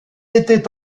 était